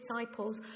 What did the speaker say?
disciples